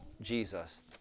Jesus